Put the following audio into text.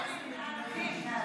מה זה מדינה יהודית?